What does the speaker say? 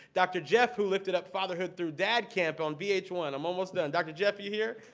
dr. jeff who lifted up fatherhood through dad camp on v h one. i'm almost done. dr. jeff, are you here?